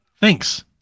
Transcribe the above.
Thanks